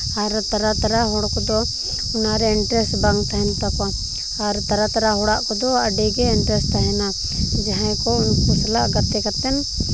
ᱟᱨ ᱛᱟᱨᱟ ᱛᱟᱨᱟ ᱦᱚᱲ ᱠᱚᱫᱚ ᱚᱱᱟᱨᱮ ᱤᱱᱴᱟᱨᱮᱥᱴ ᱵᱟᱝ ᱛᱟᱦᱮᱱ ᱛᱟᱠᱚᱣᱟ ᱟᱨ ᱛᱟᱨᱟ ᱛᱟᱨᱟ ᱦᱚᱲᱟᱜ ᱠᱚᱫᱚ ᱟᱹᱰᱤᱜᱮ ᱤᱱᱴᱟᱨᱮᱥᱴ ᱛᱟᱦᱮᱱᱟ ᱡᱟᱦᱟᱸᱭ ᱠᱚ ᱩᱱᱠᱩ ᱥᱟᱞᱟᱜ ᱜᱟᱛᱮ ᱠᱟᱛᱮ